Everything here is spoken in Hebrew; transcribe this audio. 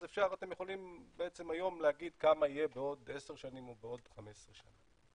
אז אתם יכולים בעצם היום להגיד כמה יהיה בעוד עשר שנים ובעוד 15 שנה.